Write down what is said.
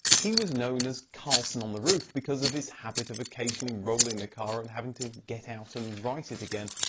he was known as carlsson on the roof because of his habit of occasionally rolling the car and having to get out and right it again,